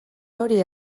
hori